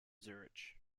zurich